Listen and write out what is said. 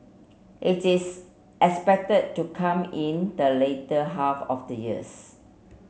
it is expected to come in the later half of the years